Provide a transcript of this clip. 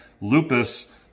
lupus